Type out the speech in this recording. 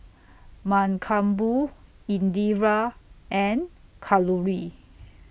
Mankombu Indira and Kalluri